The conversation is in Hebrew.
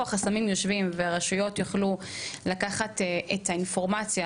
החסמים יושבים והרשויות יוכלו לקחת את האינפורמציה,